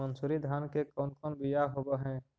मनसूरी धान के कौन कौन बियाह होव हैं?